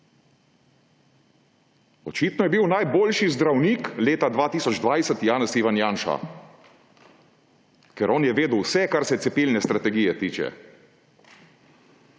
Očitno je bil najboljši zdravnik leta 2020 Janez (Ivan) Janša, ker on je vedel vse, kar se cepilne strategije tiče.